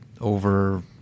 over